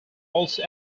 also